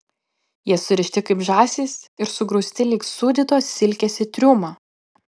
jie surišti kaip žąsys ir sugrūsti lyg sūdytos silkės į triumą